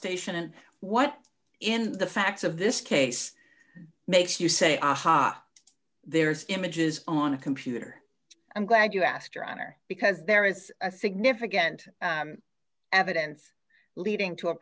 station and what in the facts of this case makes you say aha there's images on a computer i'm glad you asked your honor because there is a significant evidence leading to a